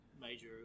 major